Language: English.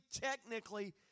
technically